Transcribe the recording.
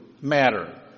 matter